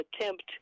attempt